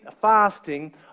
fasting